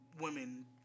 women